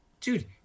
dude